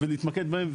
ולהתמקד בהן.